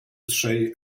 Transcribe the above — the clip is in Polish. trzej